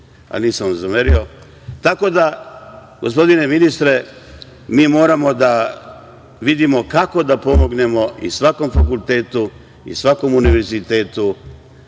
a nisam vam zamerio. Tako da, gospodine ministre, mi moramo da vidimo kako da pomognemo i svakom fakultetu i svakom univerzitetu